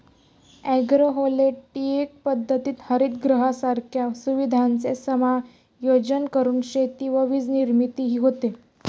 agrovoltaic पद्धतीत हरितगृहांसारख्या सुविधांचे समायोजन करून शेती व वीजनिर्मितीही होते